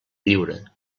lliure